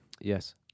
Yes